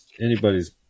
anybody's